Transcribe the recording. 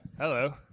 Hello